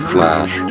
Flash